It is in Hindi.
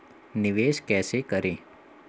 निवेश कैसे करें?